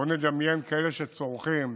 בואו נדמיין כאלה שצורכים,